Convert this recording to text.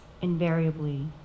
invariably